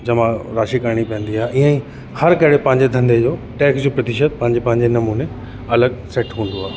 जमा राशि करिणी पवंदी आहे इअं ई हर कहिड़े पंहिंजे धंधे जो टैक्स जो प्रतिशत पंहिंजे पंहिंजे नमूने अलॻि सेट हूंदो आहे